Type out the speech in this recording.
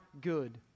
good